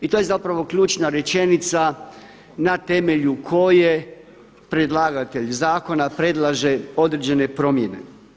I ta je zapravo ključna rečenica na temelju koje predlagatelj zakona predlaže određene promjene.